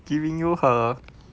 giving you her